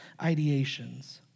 ideations